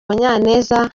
munyaneza